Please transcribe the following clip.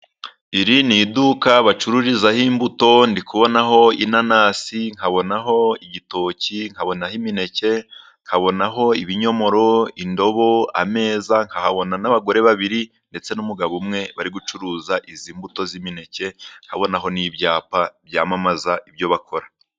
Iri ni iduka bacururizaho imbuto, ndi kubonaho inanasi, nkabonaho igitoki, nkabonaho imineke, nkabonaho ibinyomoro, indobo, ameza, nkabona n'abagore babiri, ndetse n'umugabo umwe bari gucuruza izi mbuto z'imineke, nkabonaho n'ibyapa byamamaza ibyo bakora.